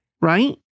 right